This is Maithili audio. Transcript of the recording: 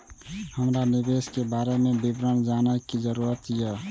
हमरा निवेश के बारे में विवरण जानय के जरुरत ये?